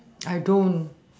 I don't